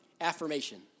affirmation